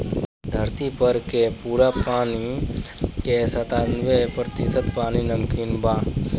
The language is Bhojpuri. धरती पर के पूरा पानी के सत्तानबे प्रतिशत पानी नमकीन बा